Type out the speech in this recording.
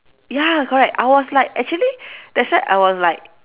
ya correct I was like actually that's why I was like